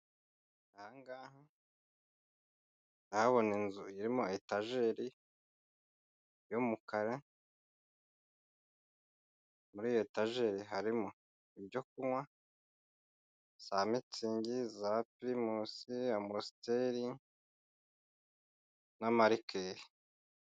Aha ngaha ndahabona inzu irimo etajeri y'umukara muri etajeri harimo ibyo kunywa za mitsingi, za pirimusi, amusiteri n'amarikeri.